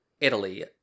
Italy